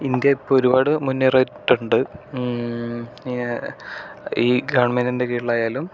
India ഇപ്പോൾ ഒരുപാട് മുന്നേറിയിട്ടുണ്ട് ഈ ഗവൺമെൻ്റിൻ്റെ കീഴിലായാലും